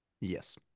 yes